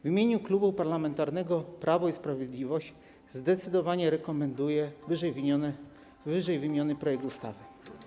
W imieniu Klubu Parlamentarnego Prawo i Sprawiedliwość zdecydowanie rekomenduję wyżej wymieniony projekt ustawy.